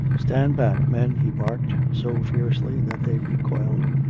stand back, men, he barked, so fiercely that they re coiled.